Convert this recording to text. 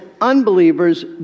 unbelievers